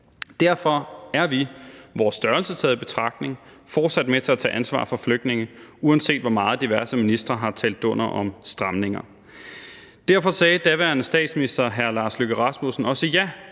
Derfor er vi, vores størrelse taget i betragtning, fortsat med til at tage ansvar for flygtninge, uanset hvor meget diverse ministre har talt dunder om stramninger. Derfor sagde daværende statsminister hr. Lars Løkke Rasmussen også ja